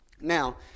Now